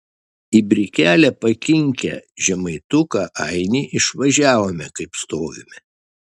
į brikelę pakinkę žemaituką ainį išvažiavome kaip stovime